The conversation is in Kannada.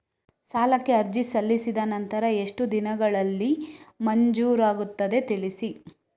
ಸಾಲಕ್ಕೆ ಅರ್ಜಿ ಸಲ್ಲಿಸಿದ ನಂತರ ಎಷ್ಟು ದಿನಗಳಲ್ಲಿ ಮಂಜೂರಾಗುತ್ತದೆ ತಿಳಿಸಿ?